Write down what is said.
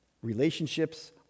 relationships